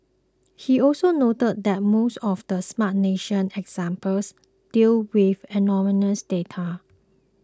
he also noted that most of the Smart Nation examples deal with anonymous data